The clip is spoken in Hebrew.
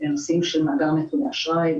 לנושאים של מאגר נתוני אשראי,